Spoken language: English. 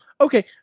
Okay